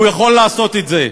הוא יכול לעשות את זה.